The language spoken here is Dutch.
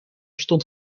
stond